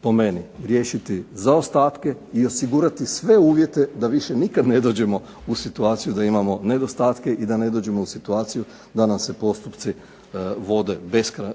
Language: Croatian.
po meni, riješiti zaostatke i osigurati sve uvjete da više nikad ne dođemo u situaciju da imamo nedostatke i da ne dođemo u situaciju da nam se postupci vode beskrajno